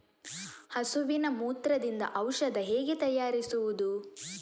ಹಸುವಿನ ಮೂತ್ರದಿಂದ ಔಷಧ ಹೇಗೆ ತಯಾರಿಸುವುದು?